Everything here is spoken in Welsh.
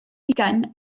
ugain